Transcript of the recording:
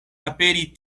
aperi